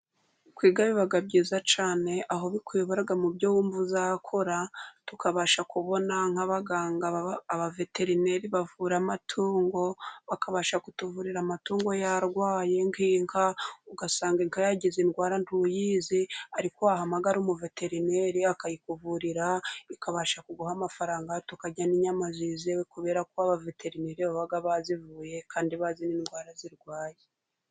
Kwiga biba byiza cyane aho bikuyobora mu byo wumva uzakora, tukabasha kubona nk'abaganga abaveterineri bavura amatungo, bakabasha kutuvurira amatungo yarwaye nk'inka, ugasanga inka yagize indwara ntuyizi ariko wahamagara umuveterineri akayikuvurira, ikabasha kuguha amafaranga tukarya n'inyama zizewe, kubera ko abaveterineri baba bazivuye kandi bazi n'indwara zirwaye.